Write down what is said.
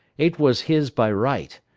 it was his by right.